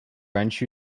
wrench